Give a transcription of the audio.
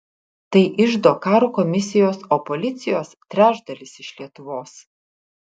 tai iždo karo komisijos o policijos trečdalis iš lietuvos